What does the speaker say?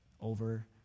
over